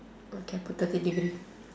okay I put thirty degree